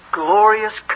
glorious